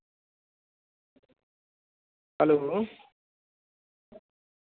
hello